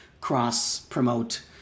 cross-promote